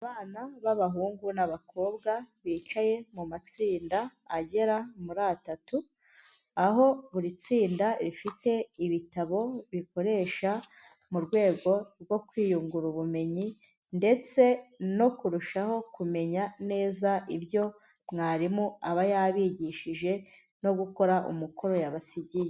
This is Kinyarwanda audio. Abana b'abahungu n'abakobwa bicaye mu matsinda agera muri atatu, aho buri tsinda rifite ibitabo bikoresha mu rwego rwo kwiyungura ubumenyi, ndetse no kurushaho kumenya neza ibyo mwarimu aba yabigishije no gukora umukoro yabasigiye.